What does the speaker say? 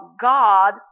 God